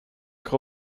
rewe